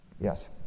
Yes